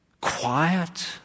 quiet